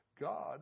God